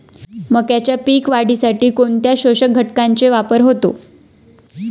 मक्याच्या पीक वाढीसाठी कोणत्या पोषक घटकांचे वापर होतो?